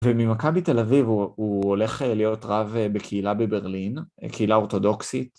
וממכבי תל אביב הוא הולך להיות רב בקהילה בברלין, קהילה אורתודוקסית.